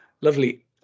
lovely